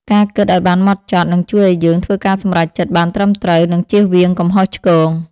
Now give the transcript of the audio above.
ការគិតឲ្យបានហ្មត់ចត់ នឹងជួយឲ្យយើងធ្វើការសម្រេចចិត្តបានត្រឹមត្រូវ និងជៀសវាងកំហុសឆ្គង។